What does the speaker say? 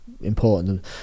important